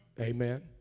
Amen